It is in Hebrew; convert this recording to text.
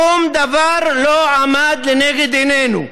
שום דבר אחר לא עמד לנגד עינינו.